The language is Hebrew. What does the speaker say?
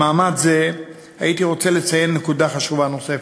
במעמד זה הייתי רוצה לציין נקודה חשובה נוספת: